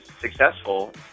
successful